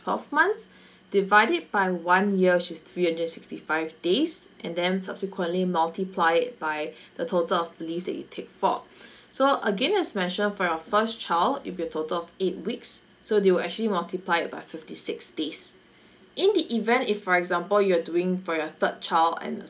twelve months divide it by one year which is three hundred and sixty five days and then subsequently multiply it by the total of leave that you take for so again as mentioned for your first child it will be a total of eight weeks so they were actually multiply it by fifty six days in the event if for example you're doing for your third child and